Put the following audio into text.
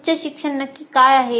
उच्च शिक्षण नक्की काय आहे